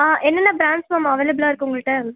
ஆ என்னென்ன brands ma'am அவைளபுளாக இருக்குது உங்கள்கிட்ட